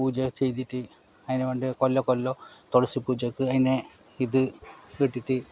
പൂജ ചെയ്തിട്ട് അതിനു വേണ്ട കൊല്ലവും കൊല്ലവും തുളസി പൂജക്ക് അതിനെ ഇത് കെട്ടിയിട്ട്